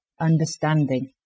understanding